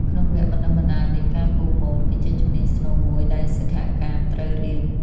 ក្នុងវគ្គបណ្តុះបណ្តាលនេះ ការគូរម៉ូដ គឺជាជំនាញស្នូលមួយដែលសិក្ខាកាមត្រូវរៀន។